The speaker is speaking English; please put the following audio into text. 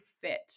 fit